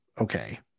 Okay